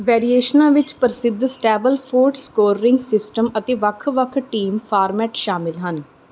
ਵੈਰੀਏਸ਼ਨਾਂ ਵਿੱਚ ਪ੍ਰਸਿੱਧ Stableford scoring system ਅਤੇ ਵੱਖ ਵੱਖ ਟੀਮ ਫਾਰਮੈਟ ਸ਼ਾਮਲ ਹਨ